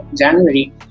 January